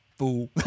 fool